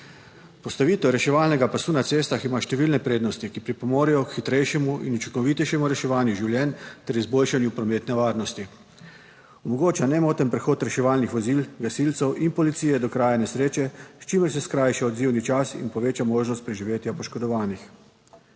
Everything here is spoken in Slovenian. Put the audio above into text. Postavitev reševalnega pasu na cestah ima številne prednosti, ki pripomorejo k hitrejšemu in učinkovitejšemu reševanju življenj ter izboljšanju prometne varnosti. Omogoča nemoten prehod reševalnih vozil, gasilcev in policije do kraja nesreče, s čimer se skrajša odzivni čas in poveča možnost preživetja poškodovanih.